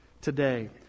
today